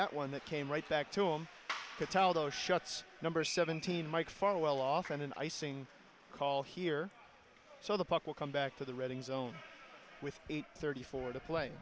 that one that came right back to him to tell those shots number seventeen mike farwell off and an icing call here so the puck will come back to the reading zone with thirty four to play